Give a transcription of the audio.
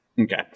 Okay